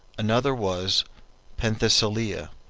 another was penthesilea,